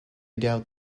doubt